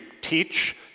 teach